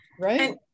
right